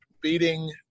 beating